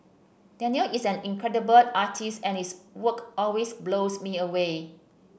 Danial is an incredible artist and his work always blows me away